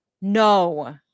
no